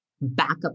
backup